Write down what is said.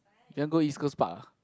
you want go East-Coast-Park ah